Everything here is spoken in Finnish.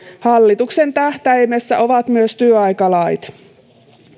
hallituksen tähtäimessä ovat myös työaikalait